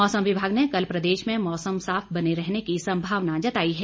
मौसम विभाग ने कल प्रदेश में मौसम साफ बने रहने की संभावना जताई है